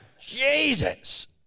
Jesus